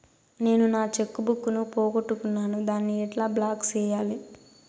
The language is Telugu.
నేను నా చెక్కు బుక్ ను పోగొట్టుకున్నాను దాన్ని ఎట్లా బ్లాక్ సేయాలి?